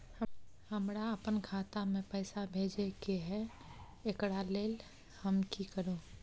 हमरा अपन खाता में पैसा भेजय के है, एकरा लेल हम की करू?